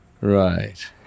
Right